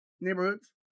neighborhoods